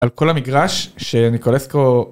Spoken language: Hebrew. על כל המגרש שניקולסקו.